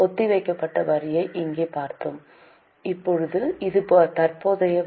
ஒத்திவைக்கப்பட்ட வரியை இங்கே பார்த்தோம் இப்போது இது தற்போதைய வரி